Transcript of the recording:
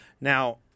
Now